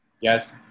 yes